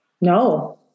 No